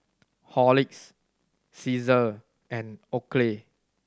Horlicks Cesar and Oakley